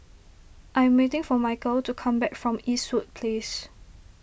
I am waiting for Michial to come back from Eastwood Place